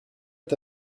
est